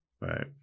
right